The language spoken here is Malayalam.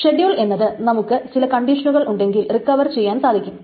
ഷെഡ്യൂൾ എന്നത് നമുക്ക് ചില കണ്ടീഷനുകൾ ഉണ്ടെങ്കിൽ റിക്കവർ ചെയ്യാൻ സാധിക്കും